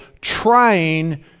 trying